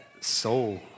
soul